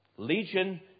Legion